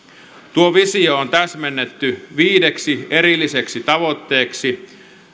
tuo visio on täsmennetty viideksi erilliseksi tavoitteeksi